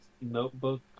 notebook